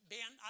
Ben